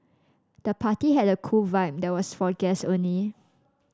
the party had a cool vibe but was for guests only